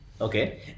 Okay